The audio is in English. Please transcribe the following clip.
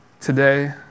today